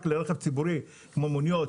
רק לרכב ציבורי כמו מוניות,